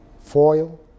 foil